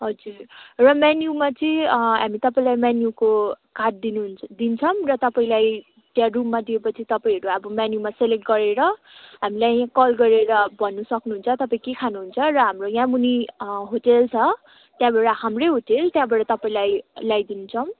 हजुर र मेन्युमा चाहिँ हामी तपाईँलाई मेन्युको कार्ड दिनुहुन्छ दिन्छौँ र तपाईँलाई त्यहाँ रुममा दिएपछि तपाईँहरू अब मेन्युमा सेलेक्ट गरेर हामीलाई कल गरेर भन्न सक्नुहुन्छ तपाईँ के खानुहुन्छ र हाम्रो यहाँ मुनि होटल छ त्यहाँबाट हाम्रै होटल त्यहाँबाट तपाईँलाई ल्याइदिन्छौँ